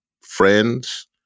friends